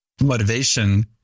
motivation